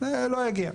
זה לא יגיע.